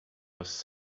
was